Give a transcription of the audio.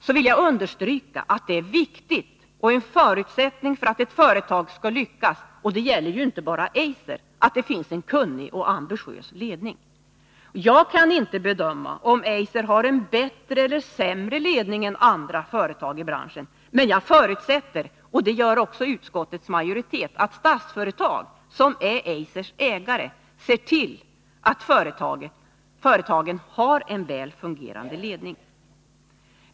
Jag vill understryka att det är viktigt och är en förutsättning för att ett företag skall lyckas — det gäller inte bara Eiser — att det finns en kunnig och ambitiös ledning. Jag kan inte bedöma om Eiser har en bättre eller sämre ledning än andra företag i branschen, men jag förutsätter, och det gör också utskottets majoritet, att Statsföretag, som är Eisers ägare, ser till att företaget har en väl fungerande ledning.